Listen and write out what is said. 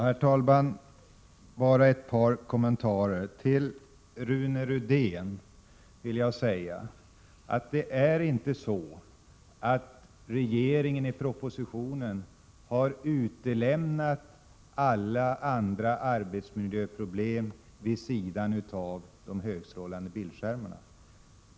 Herr talman! Bara ett par kommentarer. Till Rune Rydén vill jag säga att det inte är så att regeringen i propositionen har utelämnat alla arbetsmiljöproblem utom de högstrålande bildskärmarna.